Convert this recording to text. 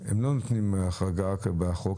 הם לא נותנים החרגה בחוק.